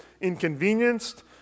inconvenienced